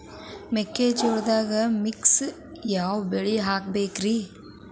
ಮೆಕ್ಕಿಜೋಳದಾಗಾ ಮಿಕ್ಸ್ ಯಾವ ಬೆಳಿ ಹಾಕಬೇಕ್ರಿ?